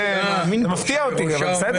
זה מפתיע אותי, אבל בסדר.